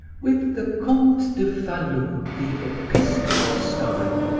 with the comte de falloux, the episcopal style,